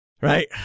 Right